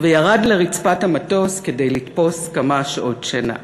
וירד לרצפת המטוס כדי לתפוס כמה שעות שינה.